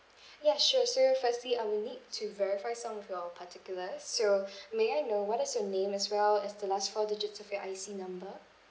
ya sure so firstly I will need to verify some of your particulars so may I know what is your name as well as the last four digits of your I_C number